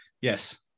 Yes